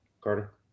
Carter